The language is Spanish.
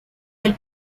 del